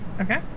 okay